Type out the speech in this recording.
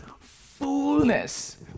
fullness